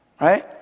right